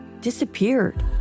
disappeared